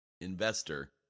investor